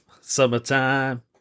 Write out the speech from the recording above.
summertime